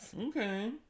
okay